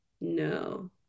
No